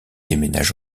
déménage